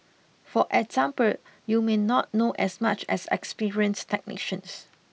for example you may not know as much as experienced technicians